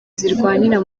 zirwanira